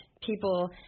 people